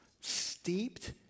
steeped